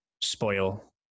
spoil